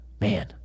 man